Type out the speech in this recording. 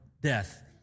death